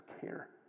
care